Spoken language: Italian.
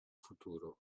futuro